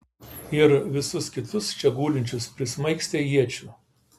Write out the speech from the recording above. ir visus kitus čia gulinčius prismaigstė iečių